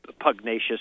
pugnacious